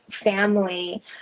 family